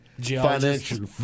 financial